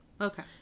Okay